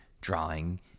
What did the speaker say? drawing